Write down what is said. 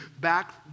back